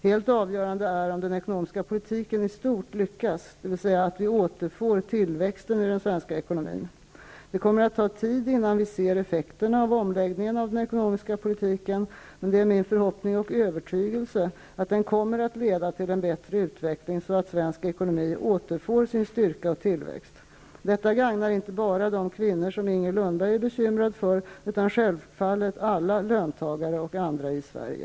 Helt avgörande är om den ekonomiska politiken i stort lyckas, dvs. att vi återfår tillväxten i den svenska ekonomin. Det kom mer att ta tid innan vi ser effekterna av omläggningen av den ekonomiska politiken, men det är min förhoppning och övertygelse att den kommer att leda till en bättre utveckling så att svensk ekonomi återfår sin styrka och till växt. Detta gagnar inte bara de kvinnor som Inger Lundberg är bekymrad för, utan självfallet alla löntagare och andra i Sverige.